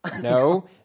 No